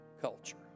culture